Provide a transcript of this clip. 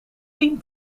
tien